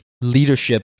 leadership